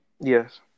Yes